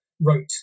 wrote